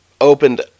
opened